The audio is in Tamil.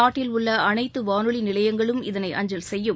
நாட்டில் உள்ள அனைத்து வானொலி நிலையங்களும் இதனை அஞ்சல் செய்யும்